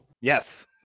Yes